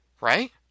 Right